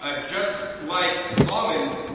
ah just like almonds,